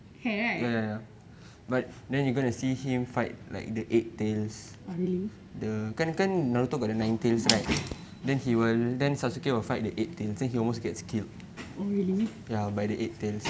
hair right really oh really